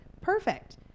perfect